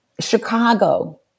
Chicago